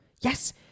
Yes